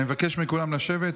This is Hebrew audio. אני מבקש מכולם לשבת.